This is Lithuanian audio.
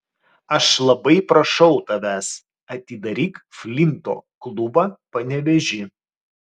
aš labai prašau tavęs atidaryk flinto klubą panevėžy